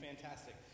fantastic